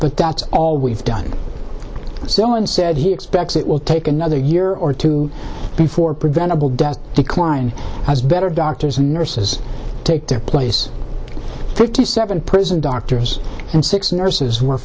but that's all we've done so and said he expects it will take another year or two before preventable death decline has better doctors and nurses take their place fifty seven prison doctors and six nurses were